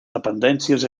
dependències